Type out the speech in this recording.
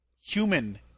human